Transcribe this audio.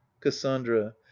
Cassandra